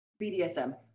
BDSM